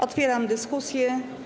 Otwieram dyskusję.